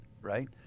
right